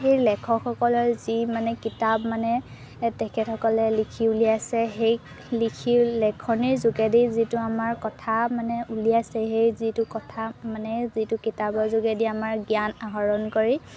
সেই লেখকসকলৰ যি মানে কিতাপ মানে তেখেতসকলে লিখি উলিয়াইছে সেই লিখি লিখনিৰ যোগেদি যিটো আমাৰ কথা মানে উলিয়াইছে সেই যিটো কথা মানে যিটো কিতাপৰ যোগেদি আমাৰ জ্ঞান আহৰণ কৰি